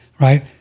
right